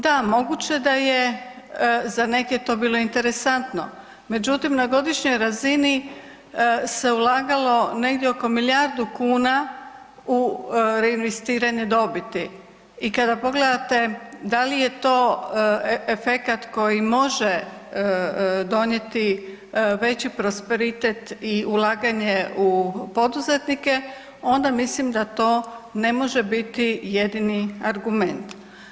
Da, moguće da je za neke to bilo interesantno, međutim, na godišnjoj razini se ulagalo negdje oko milijardu kuna u reinvestiranje dobiti i kada pogledate da li je to efekat koji može donijeti veći prosperitet i ulaganje u poduzetnike, onda mislim da to ne može biti jedini argument.